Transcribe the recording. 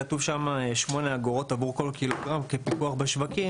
כתוב שם 8 אגורות עבור כל ק"ג כפיקוח בשווקים,